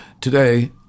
Today